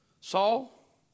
Saul